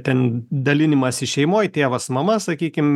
ten dalinimąsis šeimoj tėvas mama sakykim